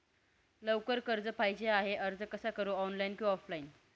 लवकर कर्ज पाहिजे आहे अर्ज कसा करु ऑनलाइन कि ऑफलाइन?